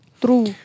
True